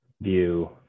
view